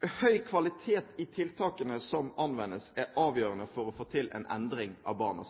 Høy kvalitet i tiltakene som anvendes, er avgjørende for å få til en